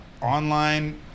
online